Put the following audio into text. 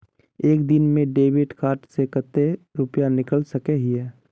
एक दिन में डेबिट कार्ड से कते रुपया निकल सके हिये?